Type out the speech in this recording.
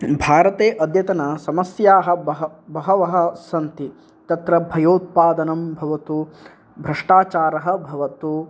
भारते अद्यतनसमस्याः बह बहवः सन्ति तत्र भयोत्पादनं भवतु भष्टाचारः भवतु